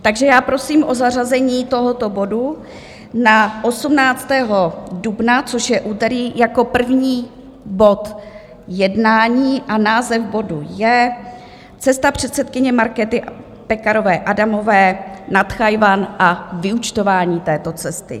Takže já prosím o zařazení tohoto bodu na 18. dubna, což je úterý, jako první bod jednání a název bodu je Cesta předsedkyně Markéty Pekarové Adamové na Tchajwan a vyúčtování této cesty.